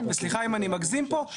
וסליחה אם אני מגזים פה,